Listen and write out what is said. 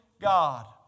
God